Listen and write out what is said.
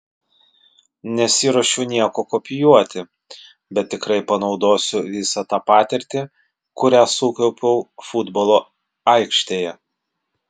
nesiruošiu nieko kopijuoti bet tikrai panaudosiu visą tą patirtį kurią sukaupiau futbolo aikštėje